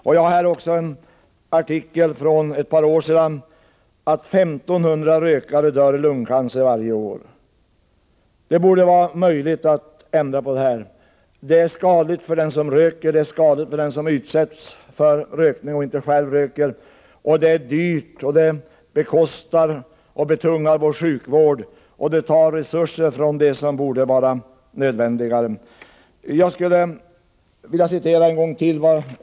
I en cirka två år gammal artikel står det att 1 500 rökare dör i lungcancer varje år. Det borde vara möjligt att ändra på detta förhållande. Rökningen är skadlig för den som röker och för den som utsätts för röken. Rökningen är också dyr och belastar vår sjukvård, och den tar resurser från det som borde vara mer angeläget.